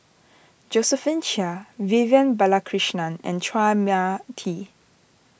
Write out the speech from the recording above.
Josephine Chia Vivian Balakrishnan and Chua Mia Tee